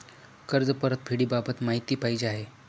कर्ज परतफेडीबाबत माहिती पाहिजे आहे